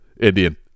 indian